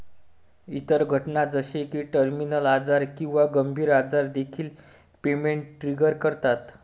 इतर घटना जसे की टर्मिनल आजार किंवा गंभीर आजार देखील पेमेंट ट्रिगर करतात